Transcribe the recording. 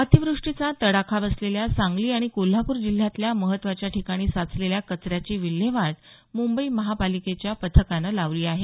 अतिवृष्टीचा तडाखा बसलेल्या सांगली आणि कोल्हापूर जिल्ह्यातल्या महत्वाच्या ठिकाणी साचलेल्या कचऱ्याची विल्हेवाट मुंबई महापालिकेच्या पथकानं लावली आहे